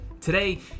Today